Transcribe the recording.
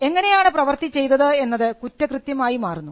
എങ്ങനെയാണ് പ്രവർത്തി ചെയ്തത് എന്നത് കുറ്റകൃത്യമായി മാറുന്നു